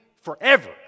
forever